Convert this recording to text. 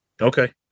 Okay